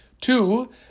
Two